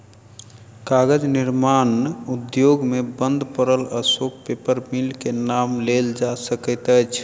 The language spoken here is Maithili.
कागज निर्माण उद्योग मे बंद पड़ल अशोक पेपर मिल के नाम लेल जा सकैत अछि